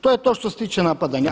To je to što se tiče napadanja.